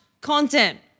content